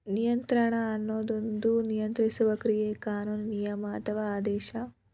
ನಿಯಂತ್ರಣ ಅದೊಂದ ನಿಯಂತ್ರಿಸುವ ಕ್ರಿಯೆ ಕಾನೂನು ನಿಯಮ ಅಥವಾ ಆದೇಶ